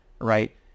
right